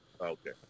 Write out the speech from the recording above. Okay